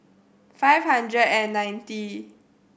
five hundred and ninety